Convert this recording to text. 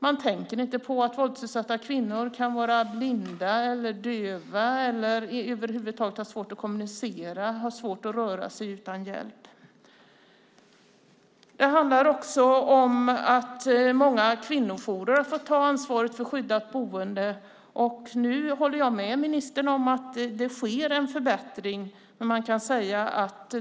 Man tänker inte på att våldsutsatta kvinnor kan vara blinda, döva eller har svårt att kommunicera eller röra sig utan hjälp. Många kvinnojourer får ta ansvar för skyddat boende. Nu håller jag med ministern om att det sker en förbättring.